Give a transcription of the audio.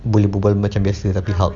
boleh berbual macam biasa tapi hulk